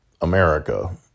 America